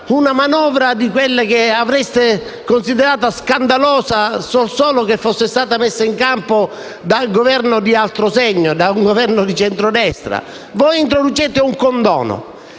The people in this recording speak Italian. una manovra che avreste considerato scandalosa se solo fosse stata messa in campo da un Governo di altro segno, da un Governo di centrodestra. Voi introducete un condono